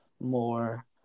more